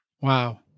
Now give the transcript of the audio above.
Wow